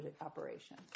operation